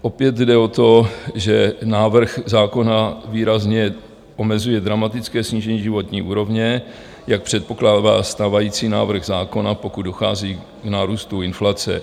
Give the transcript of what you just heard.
Opět jde o to, že návrh zákona výrazně omezuje dramatické snížení životní úrovně, jak předpokládá stávající návrh zákona, pokud dochází k nárůstu inflace.